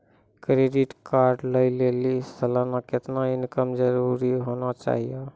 Credit card लय लेली सालाना कितना इनकम जरूरी होना चहियों?